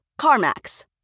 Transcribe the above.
CarMax